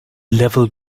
level